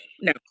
no